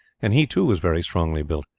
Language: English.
and he too was very strongly built.